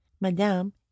Madame